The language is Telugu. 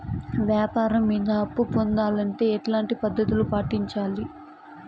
వ్యాపారం మీద అప్పు పొందాలంటే ఎట్లాంటి పద్ధతులు పాటించాలి?